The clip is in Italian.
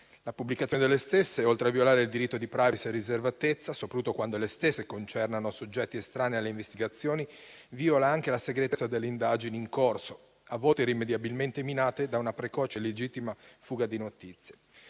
La pubblicazione delle stesse, oltre a violare il diritto di *privacy* e riservatezza, soprattutto quando le stesse concernano soggetti estranei alle investigazioni, viola anche la segretezza delle indagini in corso, a volte irrimediabilmente minate da una precoce e illegittima fuga di notizie.